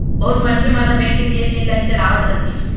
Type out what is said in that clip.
बहुत मनखे मन ह बेंक के दिये पिन ल ही चलावत रथें